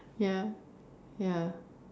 ya ya